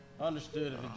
Understood